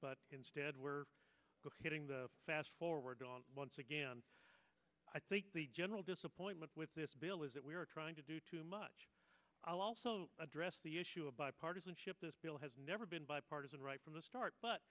but instead we're both hitting the fast forward on once again i think the general disappointment with this bill is that we are trying to do too much address the issue of bipartisanship this bill has never been bipartisan right from the start but